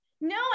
No